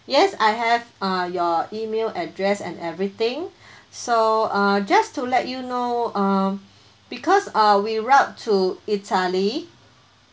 yes I have uh your email address and everything so uh just to let you know uh because uh we route to italy